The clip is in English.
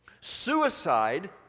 suicide